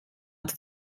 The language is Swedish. att